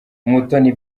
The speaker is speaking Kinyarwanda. umutoni